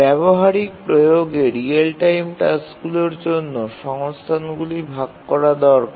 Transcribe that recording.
ব্যবহারিক প্রয়োগে real time টাস্কগুলির জন্য সংস্থানগুলি ভাগ করা দরকার